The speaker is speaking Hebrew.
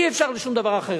אי-אפשר לשום דבר אחר.